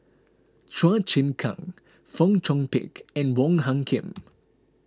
Chua Chim Kang Fong Chong Pik and Wong Hung Khim